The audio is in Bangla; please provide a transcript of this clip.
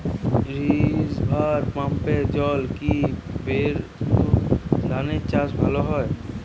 রিভার পাম্পের জলে কি বোর ধানের চাষ ভালো হয়?